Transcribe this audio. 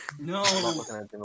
No